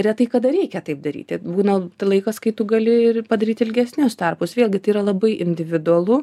retai kada reikia taip daryti būna laikas kai tu gali ir padaryt ilgesnius tarpus vėlgi tai yra labai individualu